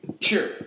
Sure